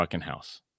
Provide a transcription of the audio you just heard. house